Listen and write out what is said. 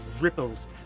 ripples